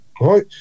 right